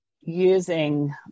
using